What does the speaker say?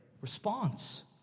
response